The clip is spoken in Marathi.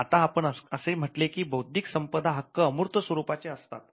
आता आपण असे म्हटले की बौद्धिक संपदा हक्क अमूर्त स्वरूपाचे असतात